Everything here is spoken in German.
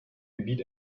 gebiet